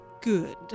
good